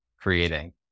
creating